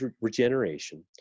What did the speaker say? regeneration